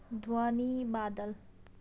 ध्वनि बादल